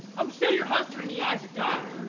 i'm still your husband in the eyes of god.